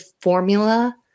formula